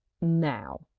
now